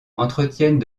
entretiennent